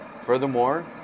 Furthermore